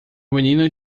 menino